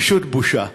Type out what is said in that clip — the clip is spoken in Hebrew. פשוט בושה.